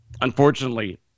unfortunately